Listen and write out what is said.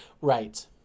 Right